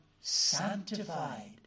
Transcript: sanctified